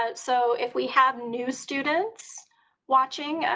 ah so if we have new students watching,